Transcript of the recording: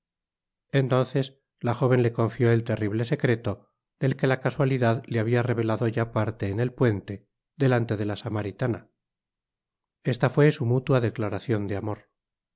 entonces la jóven le confió el terrible secreto del que la casualidad le habia revelado ya parte en el puente delante de la samaritana esta fué su mutua declaracion de amor